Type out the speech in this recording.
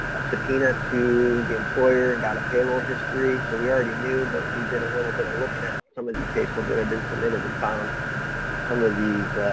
a subpoena to the employer and got a payroll history, so we already knew, but we did a little bit of looking at some of these pay stubs that had been submitted and found some of these,